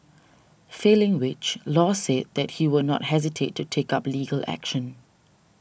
failing which Law said that he would not hesitate to take up legal action